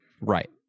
right